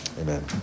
Amen